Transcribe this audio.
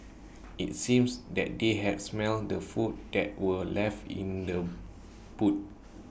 IT seemed that they had smelt the food that were left in the boot